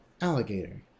alligator